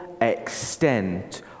extent